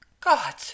God